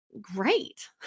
great